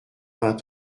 vingt